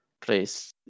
place